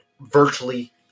virtually